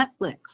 Netflix